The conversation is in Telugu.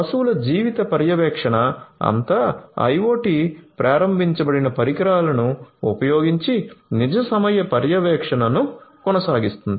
పశువుల జీవిత పర్యవేక్షణ అంతా IoT ప్రారంభించబడిన పరికరాలను ఉపయోగించి నిజ సమయ పర్యవేక్షణను కొనసాగిస్తుంది